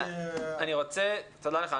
תודה לך.